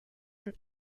and